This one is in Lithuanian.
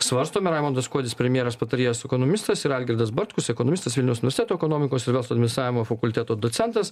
svarstome raimundas kuodis premjerės patarėjas ekonomistas ir algirdas bartkus ekonomistas vilniaus universiteto ekonomikos ir verslo administravimo fakulteto docentas